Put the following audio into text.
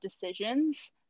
decisions